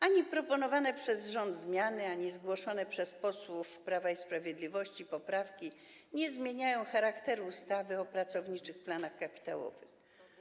Ani proponowane przez rząd zmiany, ani zgłoszone przez posłów Prawa i Sprawiedliwości poprawki nie zmieniają charakteru ustawy o pracowniczych planach kapitałowych.